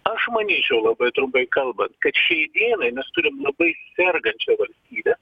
aš manyčiau labai trumpai kalbant kad šiai dienai mes turim labai sergančią valstybę